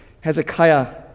Hezekiah